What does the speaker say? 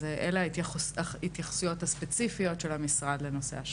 אלו ההתייחסויות הספציפיות של המשרד לשורדי השואה.